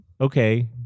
Okay